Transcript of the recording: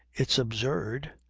it's absurd,